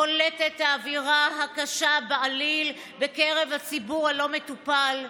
בולטת האווירה הקשה בעליל בקרב הציבור הלא-מטופל.